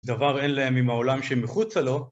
דבר אין להם עם העולם שמחוצה לו